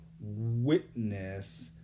witness